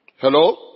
Hello